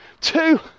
two